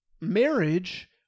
marriage